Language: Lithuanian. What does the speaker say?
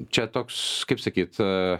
čia toks kaip sakyt